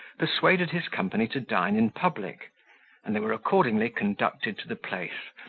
persuaded his company to dine in public and they were accordingly conducted to the place,